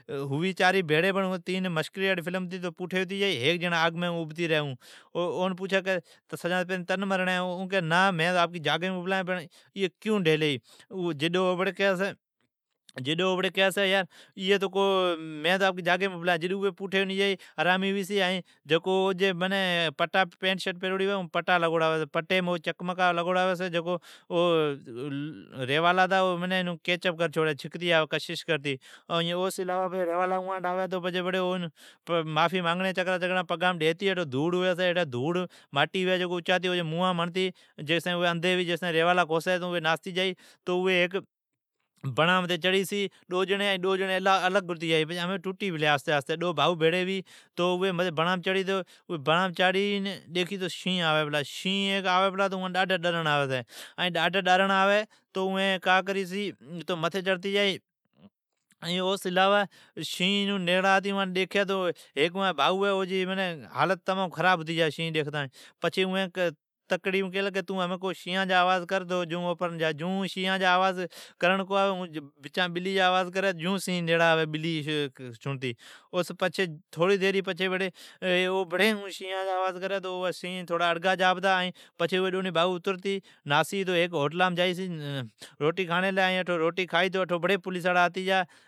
مسکریاڑی فلم ھوی تو تین جیڑین پوٹھی ھتی جائی ھیک جیڑا اٹھی ابھلا ھوی، اون پوچھی کہ پیرین تنین مرڑین ہے۔ او کی ایی کیون ڈھیلی ھی ائین مین اگتا کیون آلا ائین اوی حرامی ھوی چھی۔ ھیکین پینٹ سٹ پیروڑی ھوی چھی اوجی پٹیم چکمکا لگورا ھوی چھی ۔ پچھی ریوالا اواٹھ اوی چھی، پگام ڈیھی چھی انکھیام دھدھڑ ھڑتی ناستی جائی چھی۔ ڈونی بھائو بڑان متھی چڑی چھی شینھن آوی چھی اوان شامینڈیکھی چھی۔ شینھن ڈیکھتی اوان جی حالت خراب ھنی جا، پچھی دوست ھوی اون کیئی تون شییان جا آواز کاڈھ تو شینھن ناستی جا اون ڈرام بلی جا آواز کاڈھی جون شینھن نیڑا آوی سڑتی۔ تھوڑی دیری پچھی بڑی شینھان جا آواز کاڈھی تو شینھن جا پتا۔ پچھی ڈونی بھائون اترتی ھیکی ھوٹلام جائی چھی روٹی کھاڑین لی تو اٹھو بڑی پولیساڑا آتی جا چھی۔